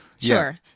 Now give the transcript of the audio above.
Sure